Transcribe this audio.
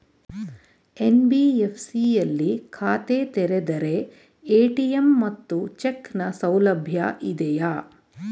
NBFC ಯಲ್ಲಿ ಖಾತೆ ತೆರೆದರೆ ಎ.ಟಿ.ಎಂ ಮತ್ತು ಚೆಕ್ ನ ಸೌಲಭ್ಯ ಇದೆಯಾ?